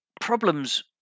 problems